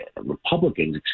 Republicans